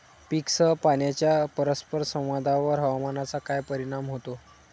पीकसह पाण्याच्या परस्पर संवादावर हवामानाचा काय परिणाम होतो?